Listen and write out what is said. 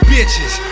Bitches